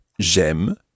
J'aime